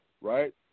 right